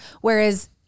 Whereas